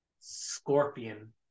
Scorpion